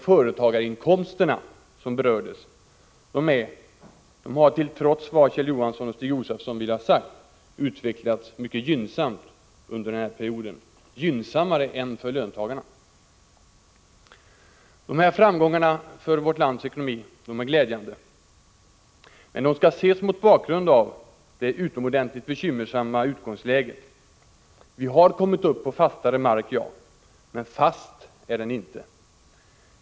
Företagarinkomsterna, som berördes, har, trots vad Kjell Johansson och Stig Josefson vill ha sagt, utvecklats mycket gynnsamt under denna period, gynnsammare än för löntagarna. De framgångar för vårt lands ekonomi som jag här har redovisat är glädjande. Men de skall ses mot bakgrund av det utomordentligt bekymmersamma utgångsläget. Vi har kommit upp på fastare mark, ja, men fast är den inte.